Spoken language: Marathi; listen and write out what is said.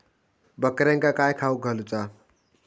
बकऱ्यांका काय खावक घालूचा?